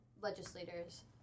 legislators